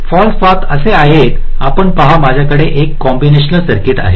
false path असे आहेत आपण पहा माझ्याकडे एक कंम्बिनेशनल सर्किट आहे